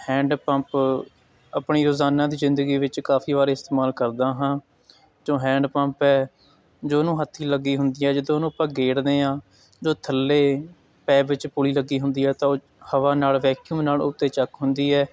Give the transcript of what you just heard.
hand pump ਆਪਣੀ ਰੋਜ਼ਾਨਾ ਦੀ ਜ਼ਿੰਦਗੀ ਵਿੱਚ ਕਾਫ਼ੀ ਵਾਰ ਇਸਤੇਮਾਲ ਕਰਦਾ ਹਾਂ ਜੋ ਹੈਂਡ ਪੰਪ ਹੈ ਜੋ ਉਹਨੂੰ ਹੱਥੀ ਲੱਗੀ ਹੁੰਦੀ ਹੈ ਜਦੋਂ ਉਹਨੂੰ ਆਪਾਂ ਗੇੜਦੇ ਹਾਂ ਜੋ ਥੱਲੇ ਪੈਪ ਵਿੱਚ ਪੁਲੀ ਲੱਗੀ ਹੁੰਦੀ ਹੈ ਤਾਂ ਉਹ ਹਵਾ ਨਾਲ ਵੈਕਿਊਮ ਨਾਲ ਉੱਤੇ ਚੱਕ ਹੁੰਦੀ ਹੈ